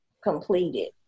completed